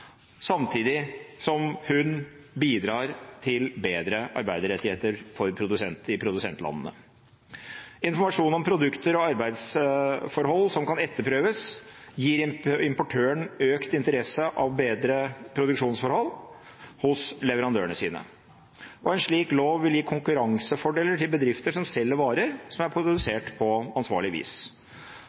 samtidig som hun bidrar til bedre arbeiderrettigheter i produsentlandene. Informasjon om produkter og arbeidsforhold som kan etterprøves, gir importøren økt interesse av bedre produksjonsforhold hos leverandørene sine. En slik lov vil gi konkurransefordeler for bedrifter som selger varer som er produsert på ansvarlig vis.